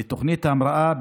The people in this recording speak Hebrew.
לתוכנית ההמראה,